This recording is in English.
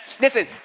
Listen